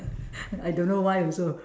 I don't know why also